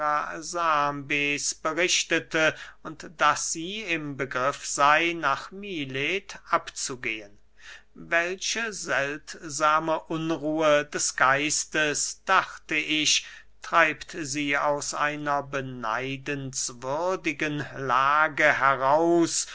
berichtete und daß sie im begriff sey nach milet abzugehen welche seltsame unruhe des geistes dachte ich treibt sie aus einer beneidenswürdigen lage heraus